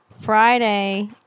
Friday